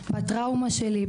בטראומה שלי,